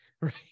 right